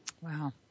Wow